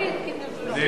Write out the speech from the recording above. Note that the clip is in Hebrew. אדוני היושב-ראש,